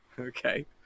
Okay